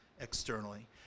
externally